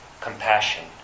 compassion